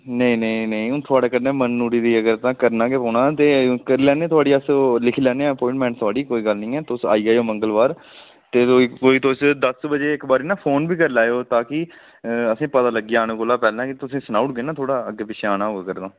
नेईं नेईं नेईं थुहाड़े कन्नै मन्नी ओड़ी तां करना गै पौना करी लैनी थुहाड़ी ओह् अस करी लैन्ने आं अपॉइंटमेंट थुहाड़ी करी लैन्ने आं तुस आई जाएओ मंगलवार तो कोई तुस दस्स बज्जे इक्क बारी ना फोन बी करी लैओ ता की असें गी लग्गी जा पता आने कोला पैह्लें की तुसें ई सनाऊ गै ना अगर अग्गें पिच्छें आना होग तां